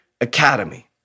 Academy